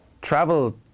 travel